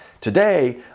today